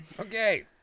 Okay